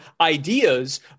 ideas